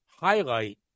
highlight